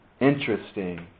Interesting